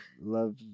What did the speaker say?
love